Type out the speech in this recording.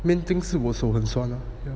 main thing 是我手很酸啊 so 打得不好